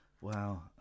Wow